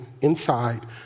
inside